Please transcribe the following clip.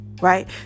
Right